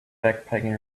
backpacking